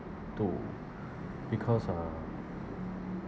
to because uh